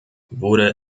wurde